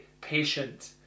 patient